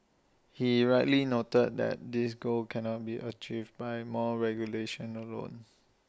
he rightly noted that this goal cannot be achieved by more regulation alone